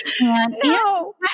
No